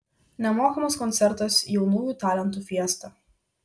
nemokamas koncertas jaunųjų talentų fiesta